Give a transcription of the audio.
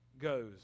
goes